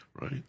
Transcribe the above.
right